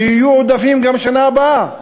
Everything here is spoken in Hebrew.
הוא שיהיו עודפים גם בשנה הבאה.